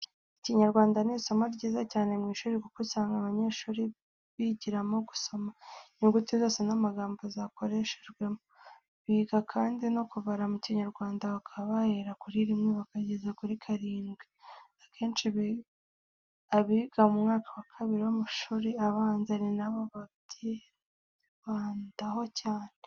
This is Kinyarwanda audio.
Ikinyarwanda ni isomo ryiza cyane mu ishuri ,kuko usanga abanyeshuri bigiramo gusoma inyuguti zose n'amagambo zakoreshejwemo. Biga kandi no kubara mu kinyarwanda bakaba bahera kuri rimwe bakageza kuri karindwi. Akenshi abiga mu mwaka wa kabiri w'amashuri abanza ni bo babyibandaho cyane,